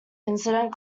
incident